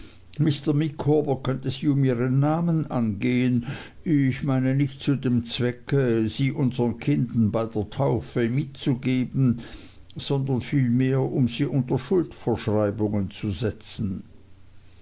sie um ihren namen angehen ich meine nicht zu dem zwecke sie unsern kindern bei der taufe mitzugeben sondern vielmehr um sie unter schuldverschreibungen zu setzen